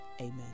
amen